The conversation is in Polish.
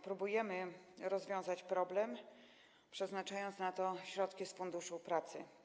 Próbujemy rozwiązać problem, przeznaczając na to środki z Funduszu Pracy.